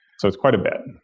so it's quite a bit.